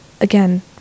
again